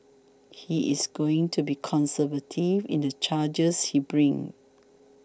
he is going to be conservative in the charges he brings